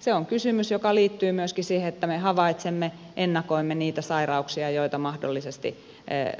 se on kysymys joka liittyy myöskin siihen että me havaitsemme ennakoimme niitä sairauksia joita mahdollisesti